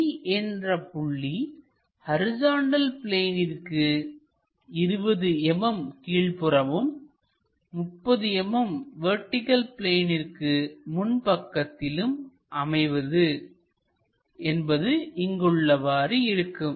D என்ற புள்ளி horizontal பிளேனிற்கு 20 mm கீழ்ப்புறமும் 30 mm வெர்டிகள் பிளேனிற்கு முன் பக்கத்திலும் அமைவது என்பது இங்கு உள்ளவாறு இருக்கும்